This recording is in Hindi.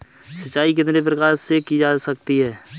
सिंचाई कितने प्रकार से की जा सकती है?